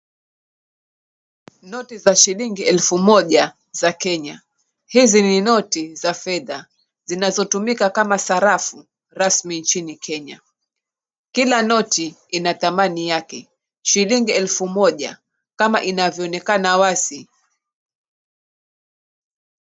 Noti za shilingi elfu moja za Kenya. Hizi ni noti za fedha zinazotumika kama sarafu rasmi nchini Kenya. Kila noti ina thamani yake. Shilingi elfu moja kama inavyoonekana wazi.